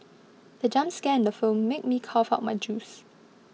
the jump scare in the film made me cough out my juice